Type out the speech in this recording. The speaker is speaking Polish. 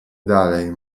dalej